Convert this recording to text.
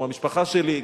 הוא מהמשפחה שלי,